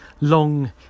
long